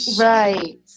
right